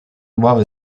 obawy